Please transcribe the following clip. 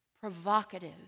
Provocative